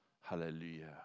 Hallelujah